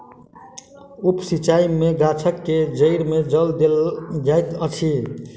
उप सिचाई में गाछ के जइड़ में जल देल जाइत अछि